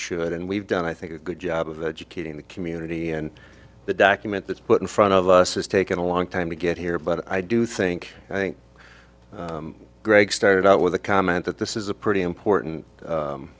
should and we've done i think a good job of educating the community and the document that's put in front of us has taken a long time to get here but i do think i think greg started out with a comment that this is a pretty important